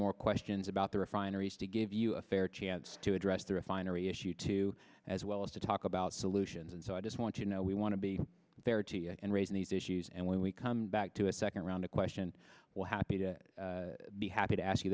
more questions about the refineries to give you a fair chance to address the refinery issue too as well as to talk about solutions and so i just want you know we want to be there and raising these issues and when we come back to a second round a question we're happy to be happy to ask you